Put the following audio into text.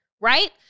Right